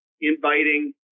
inviting